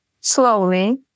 slowly